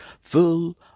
full